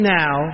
now